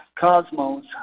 Cosmos